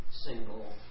single